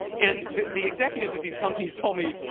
and the the executives at these companies told me,